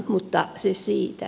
mutta se siitä